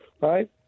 right